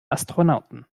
astronauten